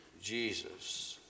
Jesus